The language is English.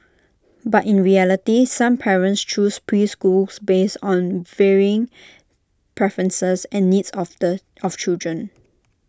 but in reality some parents choose preschools based on varying preferences and needs of the of children